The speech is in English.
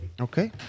Okay